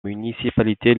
municipalités